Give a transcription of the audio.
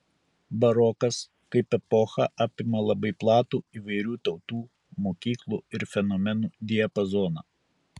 barokas kaip epocha apima labai platų įvairių tautų mokyklų ir fenomenų diapazoną